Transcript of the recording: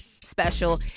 special